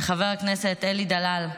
לחבר הכנסת אלי דלל,